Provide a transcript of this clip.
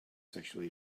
sexually